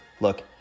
Look